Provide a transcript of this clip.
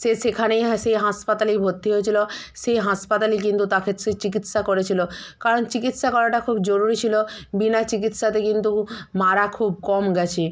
সে সেখানেই সেই হাসপাতালেই ভত্তি হয়েছিলো সেই হাসপাতালই কিন্তু তাকে সে চিকিৎসা করেছিলো কারণ চিকিৎসা করাটা খুব জরুরি ছিলো বিনা চিকিৎসাতে কিন্তু মারা খুব কম গেছে